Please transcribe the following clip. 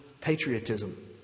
patriotism